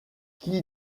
qui